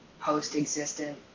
post-existent